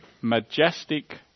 majestic